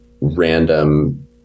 random